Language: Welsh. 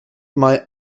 mae